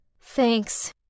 Thanks